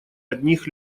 одних